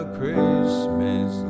Christmas